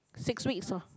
six weeks lor